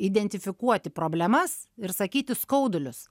identifikuoti problemas ir sakyti skaudulius